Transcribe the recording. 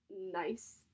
nice